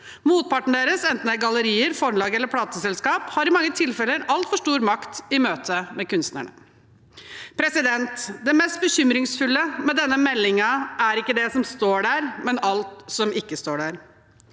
Motparten deres, enten det er gallerier, forlag eller plateselskap, har i mange tilfeller altfor stor makt i møte med kunstnerne. Det mest bekymringsfulle med denne meldingen er ikke det som står der, men alt som ikke står der.